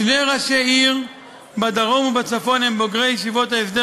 שני ראשי עיר בדרום ובצפון הם בוגרי ישיבות ההסדר